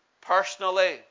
personally